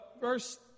verse